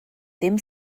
ddim